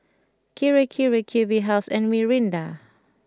Kirei Kirei Q B House and Mirinda